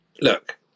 look